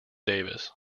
davis